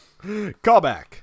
Callback